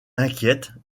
inquiète